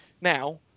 now